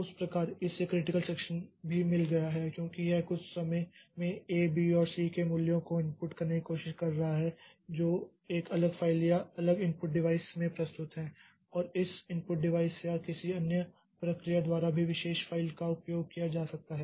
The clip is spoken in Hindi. इस प्रकार इसे क्रिटिकल सेक्षन भी मिल गया है क्योंकि यह कुछ समय में ए बी और सी के मूल्यों को इनपुट करने की कोशिश कर रहा है जो एक अलग फाइल या अलग इनपुट डिवाइस में प्रस्तुत हैं और उस इनपुट डिवाइस या किसी अन्य प्रक्रिया द्वारा भी विशेष फ़ाइल का उपयोग किया जा सकता है